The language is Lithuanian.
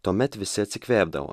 tuomet visi atsikvėpdavo